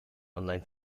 online